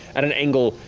at an angle,